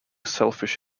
selfish